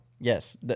Yes